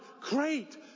great